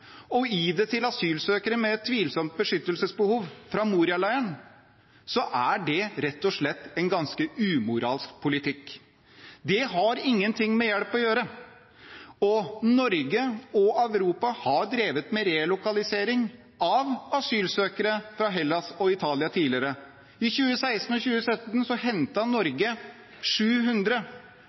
og gi den til asylsøkere med et tvilsomt beskyttelsesbehov fra Moria-leiren, er det rett og slett en ganske umoralsk politikk. Det har ingenting med hjelp å gjøre. Norge og Europa har drevet med relokalisering av asylsøkere fra Hellas og Italia tidligere. I 2016 og 2017 hentet Norge 700,